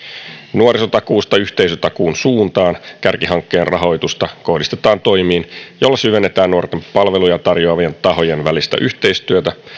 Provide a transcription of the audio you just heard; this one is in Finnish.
nuorisotakuuta yhteisötakuun suuntaan kärkihankkeen rahoitusta kohdistetaan toimiin joilla syvennetään nuorten palveluja tarjoavien tahojen välistä yhteistyötä